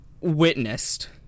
witnessed